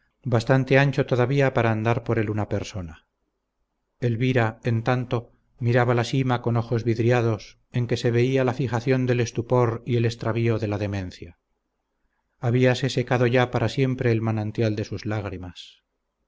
bastante ancho todavía para andar por él una persona elvira en tanto miraba la sima con ojos vidriados en que se veía la fijación del estupor y el extravío de la demencia habíase secado ya para siempre el manantial de sus lágrimas